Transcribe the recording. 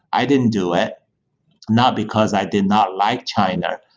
i didn't do it not because i did not like china.